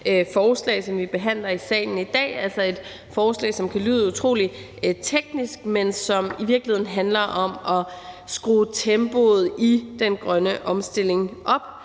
forslag, som vi behandler i salen her, altså et forslag, som kunne lyde utrolig teknisk, men som i virkeligheden handler om at skrue tempoet i den grønne omstilling op.